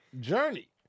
Journey